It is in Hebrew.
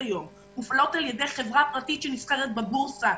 היום מופעלות על ידי חברה פרטית שנסחרת בבורסה,